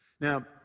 Now